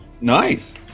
Nice